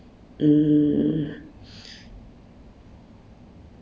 mm